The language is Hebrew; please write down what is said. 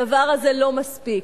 הדבר הזה לא מספיק.